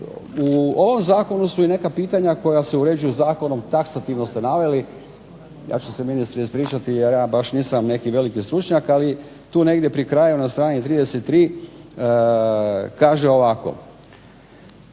u ovom zakonu su i neka pitanja koja se uređuju zakonom, taksativno ste naveli, ja ću se ministre ispričati jer ja nisam baš neki veliki stručnjak ali tu negdje pri kraju na str. 33 kaže ovako,